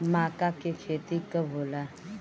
माका के खेती कब होला?